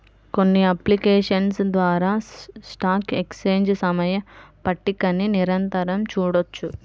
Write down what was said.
కొన్ని అప్లికేషన్స్ ద్వారా stock exchange సమయ పట్టికని నిరంతరం చూడొచ్చు